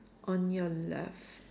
on your left